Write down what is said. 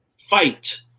fight